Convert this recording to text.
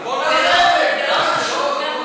בוועדת הכנסת זה ייקבר.